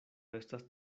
estas